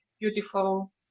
Beautiful